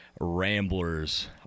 ramblers